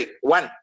One